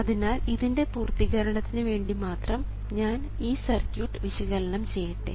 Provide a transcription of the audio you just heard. അതിനാൽ ഇതിൻറെ പൂർത്തീകരണത്തിന് വേണ്ടി മാത്രം ഞാൻ ഈ സർക്യൂട്ട് വിശകലനം ചെയ്യട്ടെ